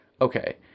Okay